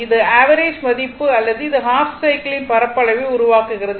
இது ஆவரேஜ் மதிப்பு அல்லது இது ஹாஃப் சைக்கிளின் பரப்பளவை உருவாக்குகிறது